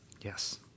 Yes